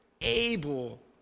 able